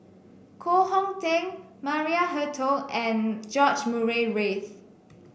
Koh Hong Teng Maria Hertogh and George Murray Reith